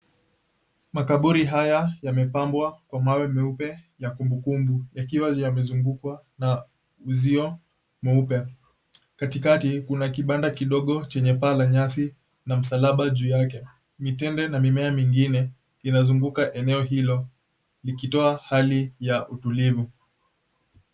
Makaburi haya yamepambwa kwa mawe meupeya kumbukumbu yakiwa yamezungukwa na uziwa mweupe. Katikati kuna kibanda kidogo chenye paa la nyasi na msalaba juu yake. Mitende na mimea mingine inazunguka eneo hilo likitoa hali ya utulivu.